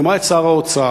היא אמרה: את שר האוצר.